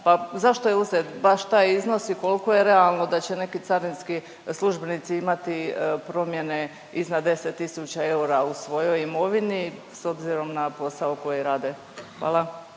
Pa zašto je uzet baš taj iznos i koliko je realno da će neki carinski službenici imati promjene iznad 10 tisuća eura u svojoj imovini s obzirom na posao koji rade? Hvala.